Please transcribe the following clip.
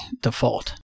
default